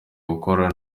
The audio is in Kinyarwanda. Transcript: gukora